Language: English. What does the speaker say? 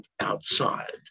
outside